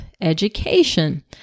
education